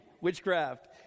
witchcraft